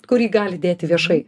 kurį gali dėti viešai